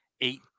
eight